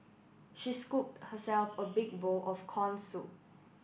she scooped herself a big bowl of corn soup